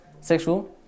sexual